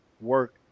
work